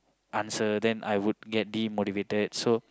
answer then I would get demotivated so